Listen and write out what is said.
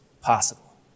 possible